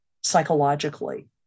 psychologically